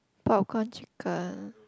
popcorn chicken